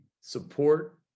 support